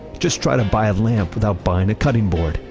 just try to buy a lamp without buying a cutting board.